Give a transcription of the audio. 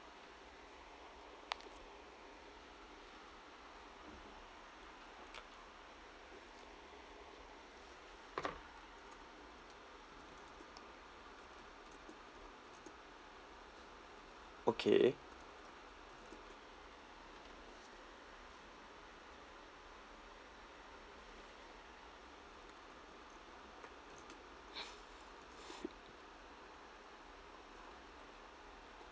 okay